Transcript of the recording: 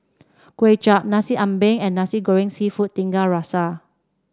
Kway Chap Nasi Ambeng and Nasi Goreng seafood Tiga Rasa